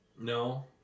No